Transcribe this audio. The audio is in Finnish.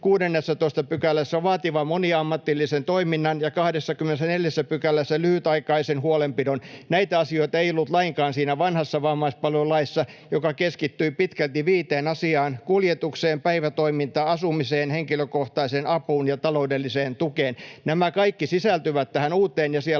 16 §:ssä vaativan moniammatillisen toiminnan ja 24 §:ssä lyhytaikaisen huolenpidon. Näitä asioita ei ollut lainkaan siinä vanhassa vammaispalvelulaissa, joka keskittyi pitkälti viiteen asiaan: kuljetukseen, päivätoimintaan, asumiseen, henkilökohtaiseen apuun ja taloudelliseen tukeen. Nämä kaikki sisältyvät tähän uuteen, ja siellä